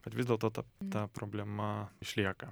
bet vis dėlto ta ta problema išlieka